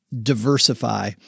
diversify